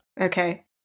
Okay